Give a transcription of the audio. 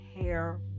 hair